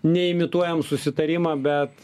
neimituojam susitarimą bet